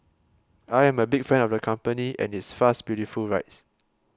I am a big fan of the company and its fast beautiful rides